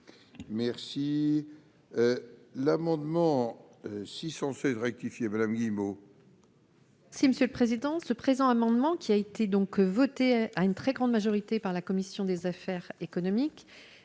Merci l'amendement 616 rectifié, madame Guillemot. Si Monsieur le Président, ce présent amendement qui a été donc voté à une très grande majorité, par la commission des affaires économiques